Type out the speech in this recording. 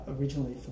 originally